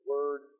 Word